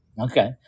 Okay